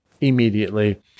immediately